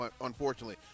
unfortunately